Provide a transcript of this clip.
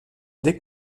des